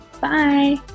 Bye